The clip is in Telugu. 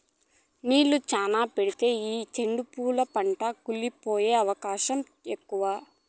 నీళ్ళు శ్యానా పెడితే ఈ సెండు పూల పంట కుళ్లి పోయే అవకాశం ఎక్కువ